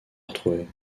retrouver